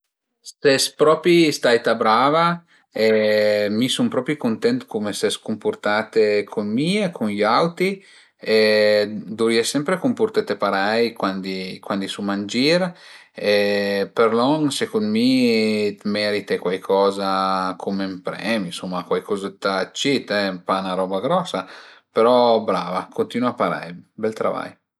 Ses propi staita brava e mi sun propi cuntent d'cume ses cumpurtate cun mi e cun i auti e duvrìe sempre cumpurtete parei cuandi cuandi i suma ën gir e për lon secund mi të merite cuaicoza cume ün premi, ënsuma cuaicuzëtta d'cit, pa 'na roba grosa però brava, bel travai, cuntinua parei